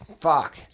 Fuck